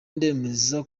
ndemeza